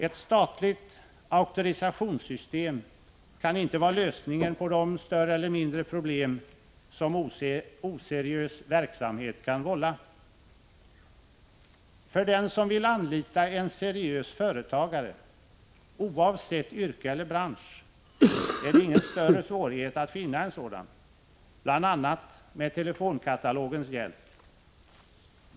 Ett statligt auktorisationssystem kan inte vara lösningen på de större eller mindre problem som oseriös verksamhet kan vålla. För den som vill anlita en seriös företagare — oavsett yrke eller bransch — är det ingen större svårighet att finna en sådan, bl.a. med telefonkatalogens hjälp.